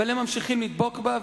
אבל הם ממשיכים לדבוק בה.